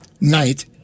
night